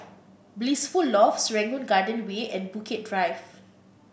Blissful Loft Serangoon Garden Way and Bukit Drive